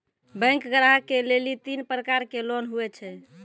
Bank ग्राहक के लेली तीन प्रकर के लोन हुए छै?